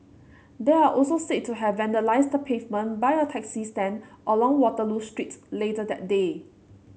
they are also said to have vandalised the pavement by a taxi stand along Waterloo Street later that day